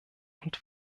und